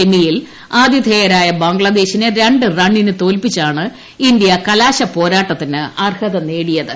സെമിയിൽ ആതിഥേയരായ ബംഗ്ലാദേശിനെ ര രി റ്റ്ൻസിന് തോൽപിച്ചാണ് ഇന്ത്യ കലാശപ്പോരാട്ടത്തിന് ആർഹ്ത നേടിയത്